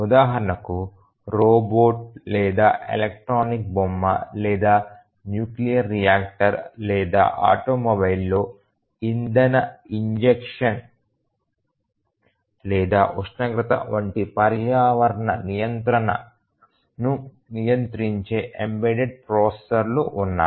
ఉదాహరణకు రోబోట్ లేదా ఎలక్ట్రానిక్ బొమ్మ లేదా న్యూక్లియర్ రియాక్టర్ లేదా ఆటోమొబైల్లో ఇంధన ఇంజెక్షన్ లేదా ఉష్ణోగ్రత వంటి పర్యావరణ నియంత్రణను నియంత్రించే ఎంబెడెడ్ ప్రాసెసర్లు ఉన్నాయి